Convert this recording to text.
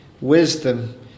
wisdom